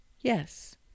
yes